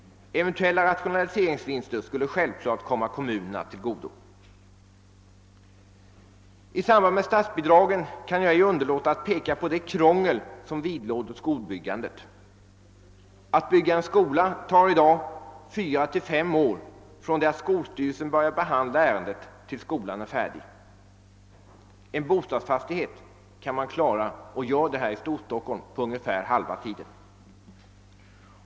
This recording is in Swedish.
Eventuella rationaliseringsvinster skulle givetvis komma kommunerna till godo. I samband med statsbidragen kan jag ej underlåta att peka på det krångel som vidlåder skolbyggandet. Att bygga en skola tar i dag fyra till fem år från det att skolstyrelsen börjar behandla ärendet tills skolan är färdig. En bostadsfastighet kan man klara — och gör det här i Storstockholm — på ungefär halva tiden.